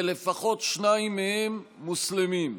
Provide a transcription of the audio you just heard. ולפחות שניים מהם מוסלמים.